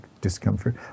discomfort